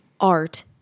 art